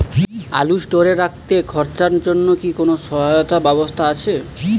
আলু স্টোরে রাখতে খরচার জন্যকি কোন সহায়তার ব্যবস্থা আছে?